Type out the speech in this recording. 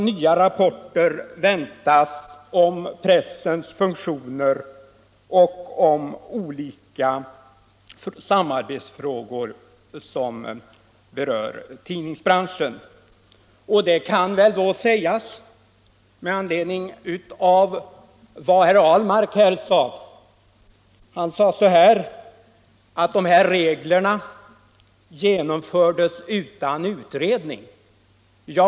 Nya rapporter väntas om pressens funktioner och om olika samarbetsfrågor som berör tidningsbranschen. Herr Ahlmark sade att de här reglerna genomfördes utan utredning.